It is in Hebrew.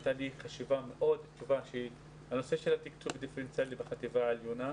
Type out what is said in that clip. בנושא התקצוב הדיפרנציאלי בחטיבה העליונה.